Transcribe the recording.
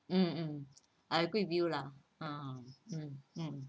mm I agree with you lah uh um um